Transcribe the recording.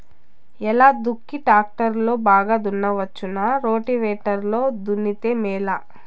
ఎలా దుక్కి టాక్టర్ లో బాగా దున్నవచ్చునా రోటివేటర్ లో దున్నితే మేలా?